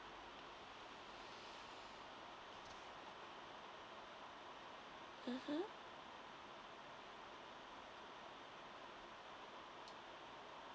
mmhmm